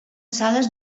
sales